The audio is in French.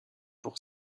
pour